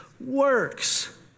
works